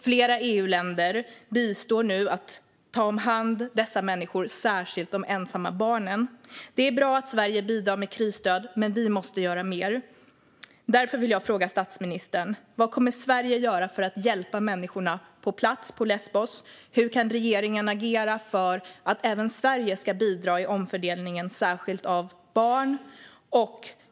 Flera EU-länder bistår nu genom att ta hand om dessa människor, särskilda de ensamma barnen. Det är bra att Sverige bidrar med krisstöd, men vi måste göra mer. Därför vill jag fråga statsministern: Vad kommer Sverige att göra för att hjälpa människorna på plats på Lesbos? Hur kan regeringen agera för att även Sverige ska bidra i omfördelningen, särskilt av barn?